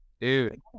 Dude